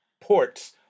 ports